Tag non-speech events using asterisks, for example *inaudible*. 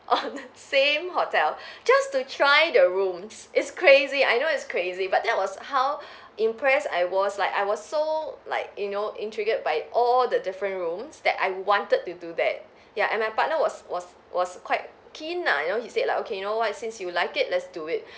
on *laughs* the same hotel just to try the room it's crazy I know it's crazy but that was how impressed I was like I was so like you know intrigued by all the different rooms that I wanted to do that yeah and my partner was was was quite keen lah you know he said like okay you know what since you like it let's do it